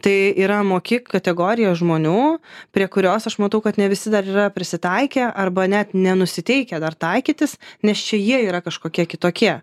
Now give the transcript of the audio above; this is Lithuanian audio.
tai yra moki kategorija žmonių prie kurios aš matau kad ne visi dar yra prisitaikę arba net nenusiteikę dar taikytis nes čia jie yra kažkokie kitokie